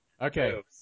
Okay